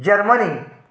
Germany